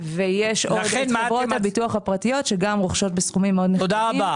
יש כאן אנשים שיכולים לספר ולדבר.